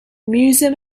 museum